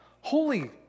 holy